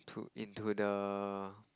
into the